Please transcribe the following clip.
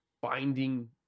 binding